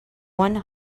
one